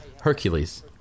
Hercules